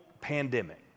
pandemic